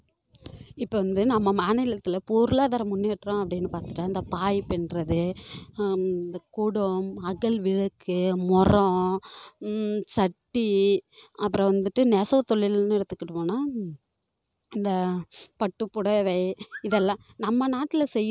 இப்போது வந்து நம்ம மாநிலத்தில் பொருளாதார முன்னேற்றம் அப்படின்னு பார்த்துட்டா இந்த பாய் பின்னுறது ஆம் இந்த குடம் அகல் விளக்கு மொறம் சட்டி அப்புறம் வந்துட்டு நெசவு தொழில்னு எடுத்துக்கிட்டோம்னால் இந்த பட்டுப் புடவை இதெல்லாம் நம்ம நாட்டில் செய்யிறதும் இல்லாமல்